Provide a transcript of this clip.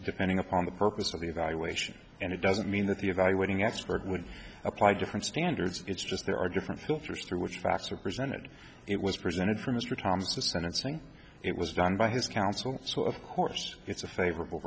depending upon the purpose of the evaluation and it doesn't mean that the evaluating expert would apply different standards it's just there are different filters through which facts are presented it was presented for mr thomas the sentencing it was done by his counsel so of course it's a favor